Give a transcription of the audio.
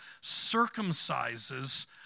circumcises